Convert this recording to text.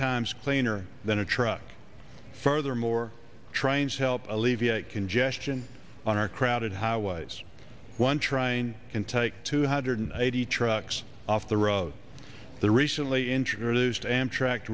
times cleaner than a truck furthermore trains help alleviate congestion on our crowded how was one trying intake two hundred eighty trucks off the road the recently introduced amtrak